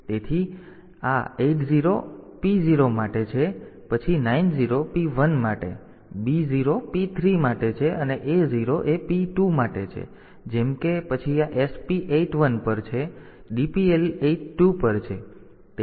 તેથી આ 80 P0 માટે છે પછી આ 90 P1 માટે છે પછી આ B0 P3 માટે છે અને પછી A0 એ P2 માટે છે જેમ કે પછી આ SP 81 પર છે DPL 82 પર છે